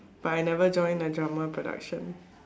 but I never join the drama production